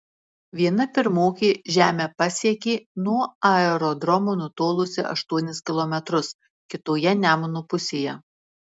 viena pirmokė žemę pasiekė nuo aerodromo nutolusi aštuonis kilometrus kitoje nemuno pusėje